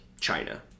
China